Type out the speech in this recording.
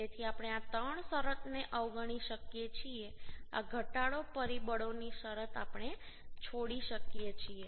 તેથી આપણે આ ત્રણ શરતોને અવગણી શકીએ છીએ આ ઘટાડો પરિબળોની શરતો આપણે છોડી શકીએ છીએ